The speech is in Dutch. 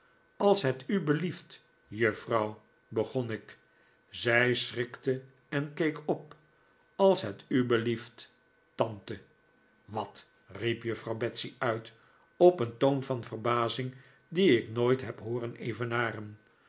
als het u belieft juffrouw begon ik zij schrikte en keek op als het u belieft tante wat riep juffrouw betsey uit op een toon van verbazing dien ik nooit heb hooren evenaren